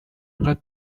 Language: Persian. اینقدر